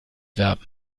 werden